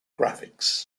graphics